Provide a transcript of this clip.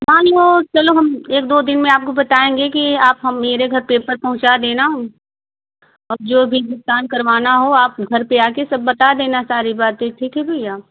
माने वह चलो हम एक दो दिन में आपको बताएँगे कि आप हम मेरे घर पर पेपर पहुँचा देना और जो भी भुगतान करवाना हो आप घर पर आकर सब बता देना सारी बातें ठीक है भैया